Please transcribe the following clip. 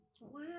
Wow